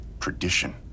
tradition